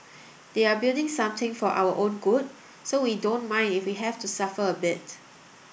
they're building something for our own good so we don't mind if we have to suffer a bit